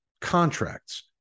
contracts